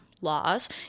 laws